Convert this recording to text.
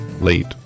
late